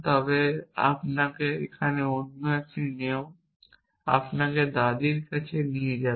তবে আপনাকে এখানে অন্য একটি নিয়ম আপনাকে দাদীর কাছে নিয়ে যাবে